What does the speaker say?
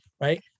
Right